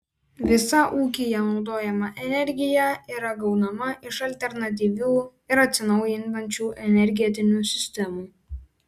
visa ūkyje naudojama energija yra gaunama iš alternatyvių ir atsinaujinančių energetinių sistemų